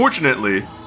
Unfortunately